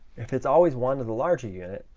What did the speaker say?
if it's always one of the larger unit,